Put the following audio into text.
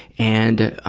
and